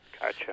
Gotcha